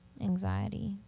anxiety